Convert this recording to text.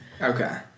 Okay